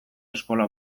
eskola